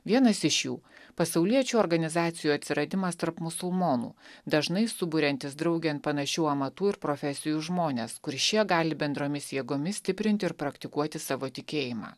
vienas iš jų pasauliečių organizacijų atsiradimas tarp musulmonų dažnai suburiantis draugėn panašių amatų ir profesijų žmones kur šie gali bendromis jėgomis stiprinti ir praktikuoti savo tikėjimą